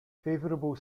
favorable